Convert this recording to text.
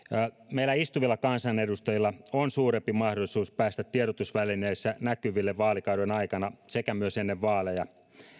meillä istuvilla kansanedustajilla on suurempi mahdollisuus päästä tiedotusvälineissä näkyville vaalikauden aikana sekä ennen vaaleja